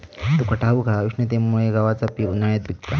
तुका ठाऊक हा, उष्णतेमुळे गव्हाचा पीक उन्हाळ्यात पिकता